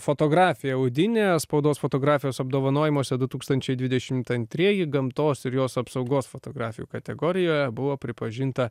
fotografija audinė spaudos fotografijos apdovanojimuose du tūkstančiai dvidešimt antrieji gamtos ir jos apsaugos fotografijų kategorijoje buvo pripažinta